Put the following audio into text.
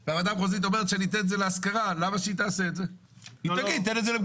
והוועדה המחוזית אומרת לי תן את זה לדיור להשכרה.